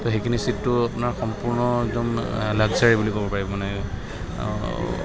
তো সেইখিনি ছিটটো আপোনাৰ সম্পূৰ্ণ একদম লাগজাৰী বুলি ক'ব পাৰি মানে